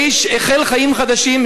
האיש החל חיים חדשים,